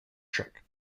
trick